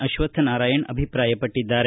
ಅಶ್ವತ್ಪನಾರಾಯಣ ಅಭಿಪ್ರಾಯಪಟ್ಟದ್ದಾರೆ